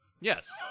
Yes